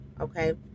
okay